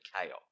chaos